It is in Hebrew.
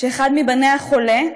שאחד מבניה חולה,